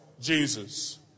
Jesus